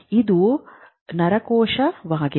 ಇದು ನರಕೋಶವಾಗಿದೆ